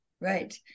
right